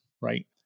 right